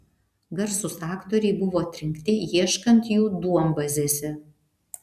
garsūs aktoriai buvo atrinkti ieškant jų duombazėse